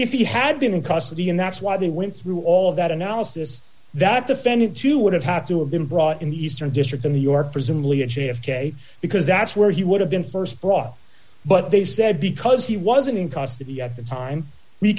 if he had been in custody and that's why they went through all of that analysis that defendant too would have had to have been brought in the eastern district of new york presumably at j f k because that's where he would have been st brought but they said because he wasn't in custody at that time